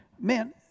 Man